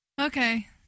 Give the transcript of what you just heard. Okay